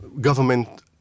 government